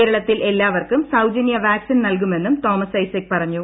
കേരളത്തിൽ എല്ലാവർക്കും സൌജന്യ വാക്സിൻ നൽകുമെന്നും തോമസ് ഐസക് പറഞ്ഞു